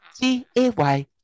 G-A-Y